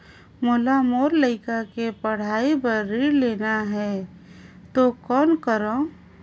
मोला मोर लइका के पढ़ाई बर ऋण लेना है तो कौन करव?